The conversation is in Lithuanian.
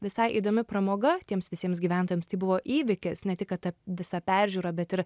visai įdomi pramoga tiems visiems gyventojams tai buvo įvykis ne tik kad ta visa peržiūra bet ir